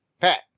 Pat